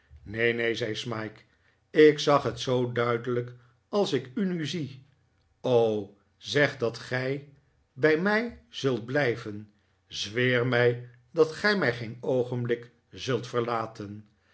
neen neen zei smike ik zag het zoo duidelijk als ik u nu zie o zeg dat gij bij mij zult blijven zweer mij dat gij mij geen oogenblik zult verlaten